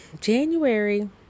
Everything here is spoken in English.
January